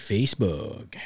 Facebook